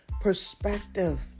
perspective